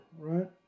right